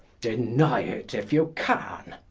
deny it if you can